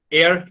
air